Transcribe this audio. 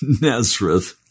Nazareth